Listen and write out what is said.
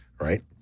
Right